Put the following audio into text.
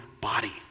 body